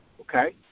okay